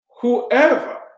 Whoever